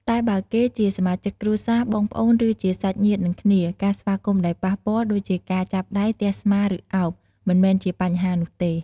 តែបើគេជាសមាជិកគ្រួសារ បងប្អូន ឬ ជាសាច់ញាតិនឹងគ្នា ការស្វាគមន៍ដោយប៉ះពាល់ ដូចជាការចាប់ដៃ ទះស្មា ឬ ឱប មិនមែនជាបញ្ហានោះទេ។